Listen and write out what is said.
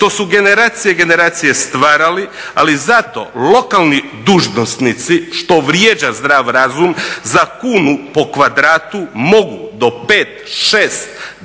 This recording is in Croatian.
što su generacije i generacije stvarali ali zato lokalni dužnosnici što vrijeđa zdrav razum, za kunu po kvadratu mogu do 5, 6,